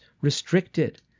restricted